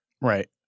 Right